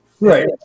Right